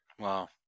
Wow